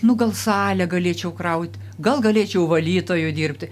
nu gal salę galėčiau kraut gal galėčiau valytoju dirbt